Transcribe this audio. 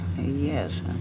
Yes